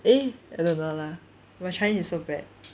eh I don't know lah my chinese is so bad